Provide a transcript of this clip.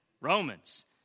Romans